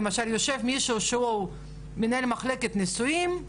למשל יושב מישהו שהוא מנהל מחלקת נישואים,